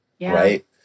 right